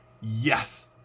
Yes